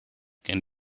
can